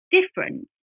different